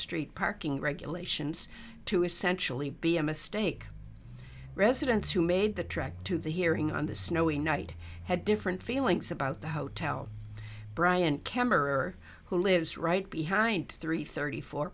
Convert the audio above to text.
street parking regulations to essentially be a mistake residents who made the trek to the hearing on the snowy night had different feelings about the hotel brian kember or who lives right behind three thirty four